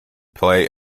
play